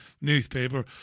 newspaper